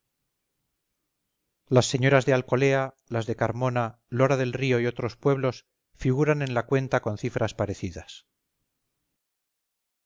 las señoras de alcolea las de carmona lora del río y otros pueblos figuran en la cuenta con cifras parecidas